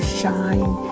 shine